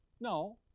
No